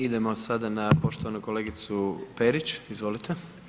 Idemo sada na poštovanu kolegicu Perić, izvolite.